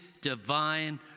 divine